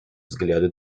взгляды